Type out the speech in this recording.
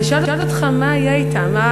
ואני שואלת, מה יהיה אתם?